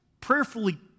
prayerfully